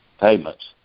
payments